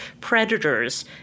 Predators